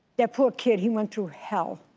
that poor kid, he went through hell.